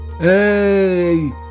Hey